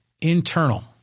internal